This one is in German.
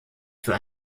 für